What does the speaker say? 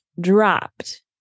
dropped